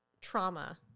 trauma